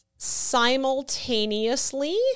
simultaneously